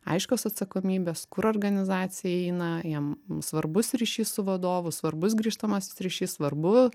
aiškios atsakomybės kur organizacija eina jam svarbus ryšys su vadovu svarbus grįžtamasis ryšys svarbu